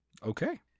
Okay